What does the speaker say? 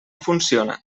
funciona